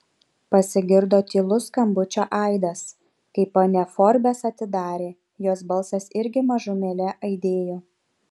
pasigirdo tylus skambučio aidas kai ponia forbes atidarė jos balsas irgi mažumėlę aidėjo